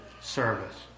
service